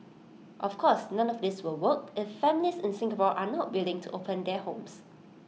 of course none of this will work if families in Singapore are not willing to open their homes